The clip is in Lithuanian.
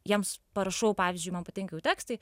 jiems parašau pavyzdžiui man patinka jų tekstai